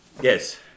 Yes